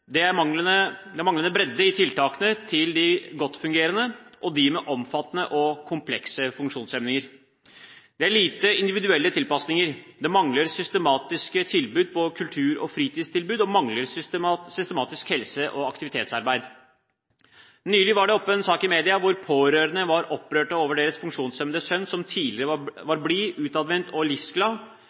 Det er manglende bredde i tiltakene til de godtfungerende og dem med omfattende og komplekse funksjonshemminger. Det er lite individuelle tilpasninger. Det mangler systematisk kultur- og fritidstilbud, og det mangler systematisk helse- og aktivitetsarbeid. Nylig var det en sak oppe i media hvor pårørende var opprørt over sin funksjonshemmede sønn, som tidligere var blid, utadvendt og